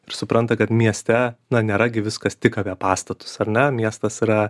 ir supranta kad mieste nėra gi viskas tik apie pastatus ar ne miestas yra